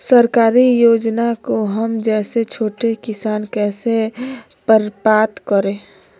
सरकारी योजना को हम जैसे छोटे किसान कैसे प्राप्त करें?